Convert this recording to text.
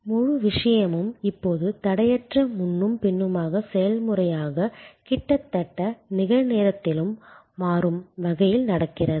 முழு விஷயமும் இப்போது தடையற்ற முன்னும் பின்னுமாக செயல்முறையாக கிட்டத்தட்ட நிகழ் நேரத்திலும் மாறும் வகையில் நடக்கிறது